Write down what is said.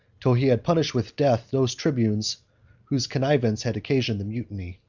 till he had punished with death those tribunes whose connivance had occasioned the mutiny.